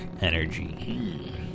energy